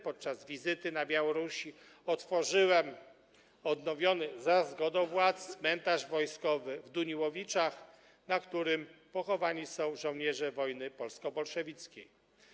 Podczas wizyty na Białorusi otworzyłem odnowiony, za zgodą władz, cmentarz wojskowy w Duniłowiczach, na którym pochowani są żołnierze wojny polsko-bolszewickiej.